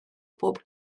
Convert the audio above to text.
bob